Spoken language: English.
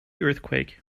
earthquake